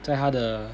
在他的